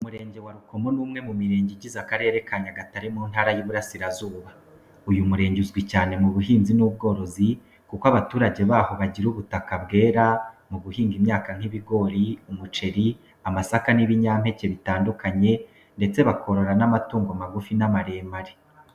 Umurenge wa Rukomo ni umwe mu mirenge igize Akarere ka Nyagatare, mu Ntara y’Iburasirazuba. Uyu murenge uzwi cyane mu buhinzi n’ubworozi kuko abaturage baho bagira ubutaka bwera mu guhinga imyaka nk’ibigori, umuceri, amasaka n’ibinyampeke bitandukanye, ndetse bakorora n’amatungo magufi n’amaremare.